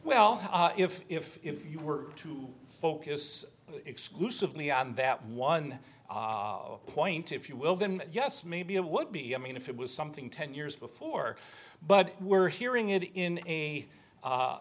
well if if you were to focus exclusively on that one point if you will then yes maybe it would be i mean if it was something ten years before but we're hearing it in a